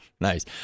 Nice